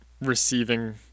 receiving